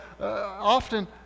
often